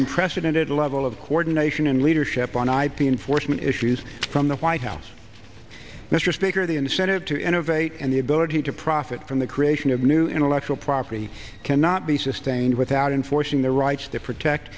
unprecedented level of coordination and leadership on ip enforcement issues from the white house mr speaker the incentive to innovate and the ability to profit from the creation of new intellectual property cannot be sustained without enforcing the rights that protect